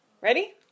Ready